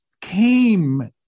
came